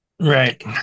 Right